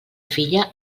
filla